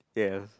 yes